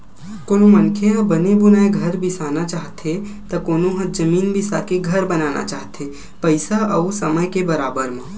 कोनो मनखे ह बने बुनाए घर बिसाना चाहथे त कोनो ह जमीन बिसाके घर बनाना चाहथे पइसा अउ समे के राहब म